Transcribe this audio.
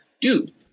dude